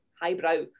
highbrow